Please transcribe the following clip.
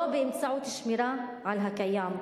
לא באמצעות שמירה על הקיים.